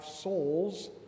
souls